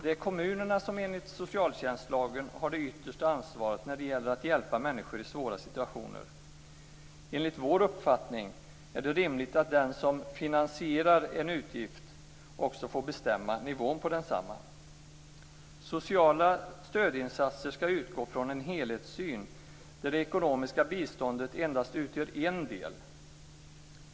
Det är kommunerna som enligt socialtjänstlagen har det yttersta ansvaret när det gäller att hjälpa människor i svåra situationer. Enligt vår uppfattning är det rimligt att den som finansierar en utgift också får bestämma nivån på densamma. Sociala stödinsatser skall utgå från en helhetssyn där det ekonomiska biståndet endast utgör en del.